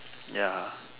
ya